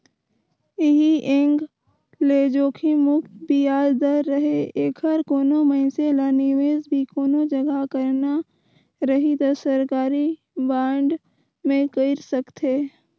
ऐही एंग ले जोखिम मुक्त बियाज दर रहें ऐखर कोनो मइनसे ल निवेस भी कोनो जघा करना रही त सरकारी बांड मे कइर सकथे